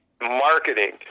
marketing